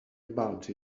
about